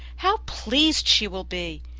how pleased she will be!